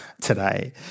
today